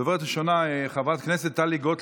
דוברת ראשונה, חברת הכנסת טלי גוטליב.